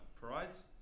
parades